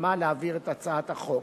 שנלחמה על העברת הצעת החוק.